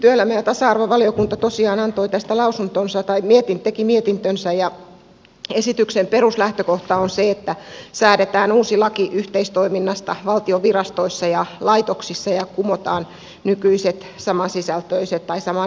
työelämä ja tasa arvovaliokunta tosiaan teki tästä mietintönsä ja esityksen peruslähtökohta on se että säädetään uusi laki yhteistoiminnasta valtion virastoissa ja laitoksissa ja kumotaan nykyiset samannimiset lait